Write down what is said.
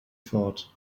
thought